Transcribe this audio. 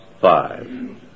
five